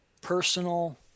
personal